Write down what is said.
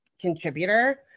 contributor